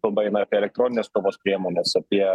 kalba eina apie elektronines kovos priemones apie